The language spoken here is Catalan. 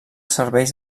serveis